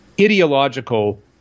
ideological